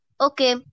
Okay